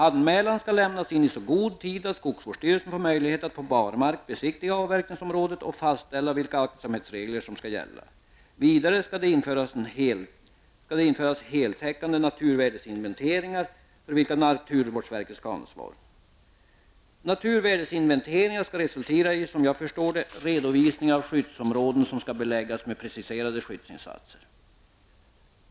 Anmälan skall lämnas in i så god tid att skogsvårdsstyrelsen får möjligheter att på barmark besiktiga avverkningsområdet och fastställa vilka aktsamhetsregler som skall gälla. Vidare skall det införas heltäckande naturvärdesinventeringar, för vilka naturvårdsverket skall ha ansvaret. Naturvärdesinventeringarna skall, enligt vad jag förstår, resultera i redovisningar av skyddsområden som skall beläggas med preciserade skyddsinsatser.